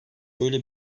böyle